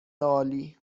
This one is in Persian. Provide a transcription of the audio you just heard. عالی